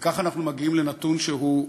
וכך אנחנו מגיעים לנתון שהוא,